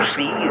See